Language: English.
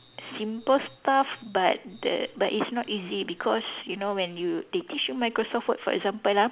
simple stuff but the but it's not easy because you know when you they teach you Microsoft word for example ah